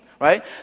right